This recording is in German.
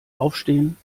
aufstehen